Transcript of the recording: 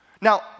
Now